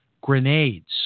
grenades